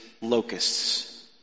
locusts